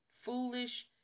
foolish